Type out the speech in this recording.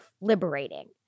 liberating